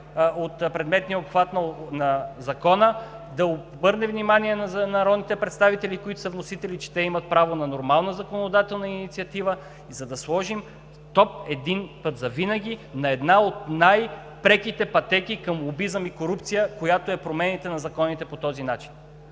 от предметния обхват на Закона, да обърне внимание на народните представители, които са вносители, че те имат право на нормална законодателна инициатива, за да сложим стоп един път завинаги на една от най-преките пътеки към лобизъм и корупция, каквато е с промените на законите по този начин.